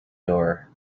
door